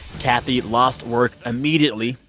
kathy lost work immediately,